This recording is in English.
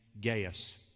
Gaius